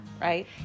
Right